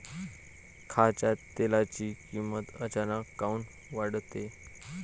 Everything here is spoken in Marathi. खाच्या तेलाची किमत अचानक काऊन वाढते?